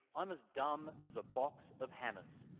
i'm as dumb as a box of hammers.